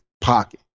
Pocket